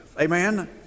Amen